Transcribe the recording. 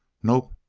nope,